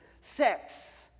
sex